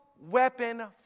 weapon